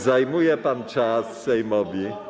Zajmuje pan czas Sejmowi.